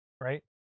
right